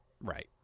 Right